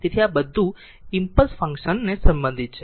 તેથી આ બધું ઈમ્પલસ ફંક્શન સંબંધિત છે